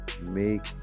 Make